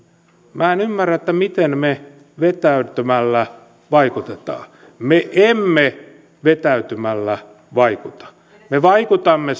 minä en ymmärrä miten me vetäytymällä vaikutamme me emme vetäytymällä vaikuta me vaikutamme